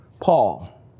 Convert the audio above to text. Paul